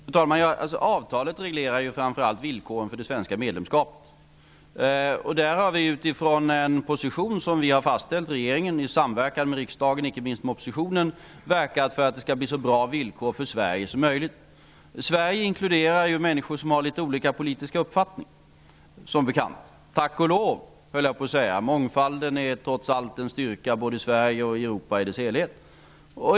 Fru talman! Avtalet reglerar framför allt villkoren för det svenska medlemskapet. Där har vi utifrån en position som regeringen har fastställt i samverkan med riksdagen, icke minst med oppositionen, verkat för att det skall bli så bra villkor för Sverige som möjligt. Sverige inkluderar människor som har litet olika politiska uppfattningar, som bekant. Tack och lov, höll jag på att säga. Mångfalden är trots allt en styrka både i Sverige och i Europa i dess helhet.